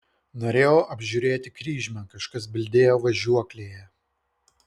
norėjau apžiūrėti kryžmę kažkas bildėjo važiuoklėje